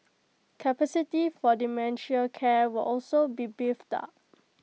capacity for dementia care will also be beefed up